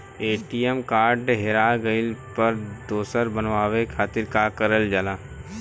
ATM card हेरा गइल पर दोसर बनवावे खातिर का करल जाला?